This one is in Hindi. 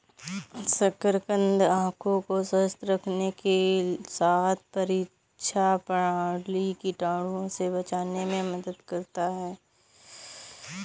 शकरकंद आंखों को स्वस्थ रखने के साथ प्रतिरक्षा प्रणाली, कीटाणुओं से बचाने में मदद करता है